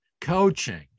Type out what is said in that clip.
coaching